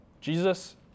Jesus